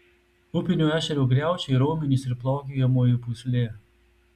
upinio ešerio griaučiai raumenys ir plaukiojamoji pūslė